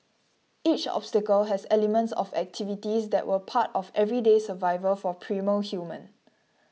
each obstacle has elements of activities that were part of everyday survival for primal human